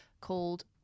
called